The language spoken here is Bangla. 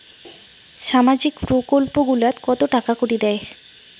সামাজিক প্রকল্প গুলাট কত টাকা করি দেয়?